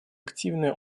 активное